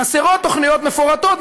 חסרות תוכניות מפורטות,